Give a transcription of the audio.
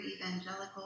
evangelical